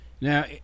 Now